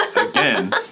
again